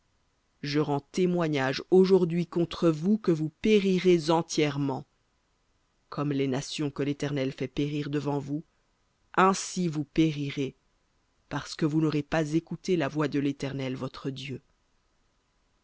je rends témoignage aujourd'hui contre vous que vous périrez entièrement comme les nations que l'éternel fait périr devant vous ainsi vous périrez parce que vous n'aurez pas écouté la voix de l'éternel votre dieu